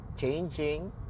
changing